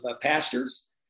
pastors